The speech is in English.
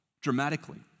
dramatically